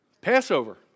Passover